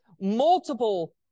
multiple